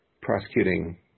prosecuting